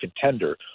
contender